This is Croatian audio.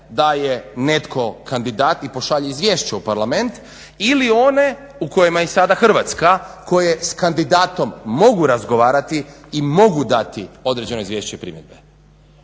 da je netko kandidat i pošalje izvješće u Parlament ili one u kojima je sada Hrvatska koje s kandidatom mogu razgovarati i mogu dati određeno izvješće primjedbe.